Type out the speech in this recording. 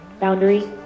Boundary